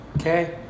Okay